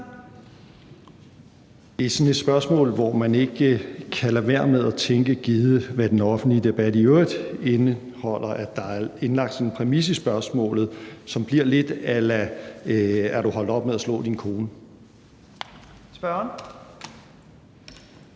Det er sådan et spørgsmål, hvor man ikke kan lade være med at tænke, givet hvad den offentlige debat i øvrigt indeholder, at der er indlagt sådan en præmis, som bliver lidt a la: Er du holdt op med at slå din kone? Kl.